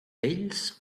vells